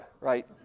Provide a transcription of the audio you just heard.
right